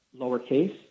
lowercase